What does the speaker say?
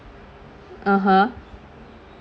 (uh huh)